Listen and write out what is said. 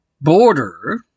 border